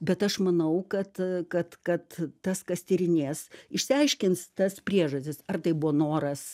bet aš manau kad kad kad tas kas tyrinės išsiaiškins tas priežastis ar tai buvo noras